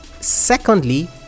secondly